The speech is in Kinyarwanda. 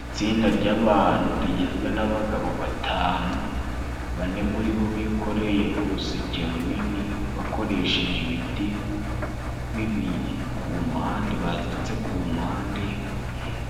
Itsinda ry'abantu rigizwe n'abagabo batanu. Bane muri bo bikoreye uruseke runini bakoresheje ibiti bibiri. Ku mpande, baziritse ku mpande